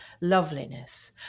loveliness